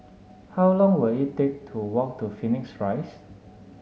how long will it take to walk to Phoenix Rise